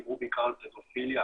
דיברו בעיקר על פדופיליה